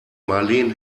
marleen